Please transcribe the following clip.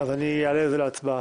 אז אני אעלה את זה להצבעה.